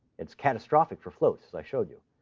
it's catastrophic for floats, as i showed you.